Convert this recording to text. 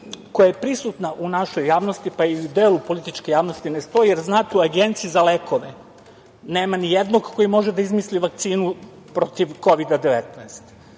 koja je prisutna u našoj javnosti, pa i u delu političke javnosti ne stoji, jer, znate, u Agenciji za lekove nema nijednog koji može da izmisli vakcinu protiv Kovida 19.